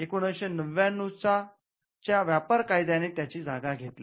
१९९९ च्या व्यापार कायद्या ने त्याची जागा घेतली